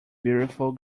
beautiful